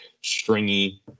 stringy